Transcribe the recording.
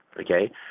okay